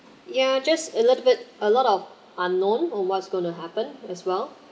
yeah just a little bit a lot of unknown on what's going to happen as well